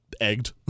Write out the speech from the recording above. egged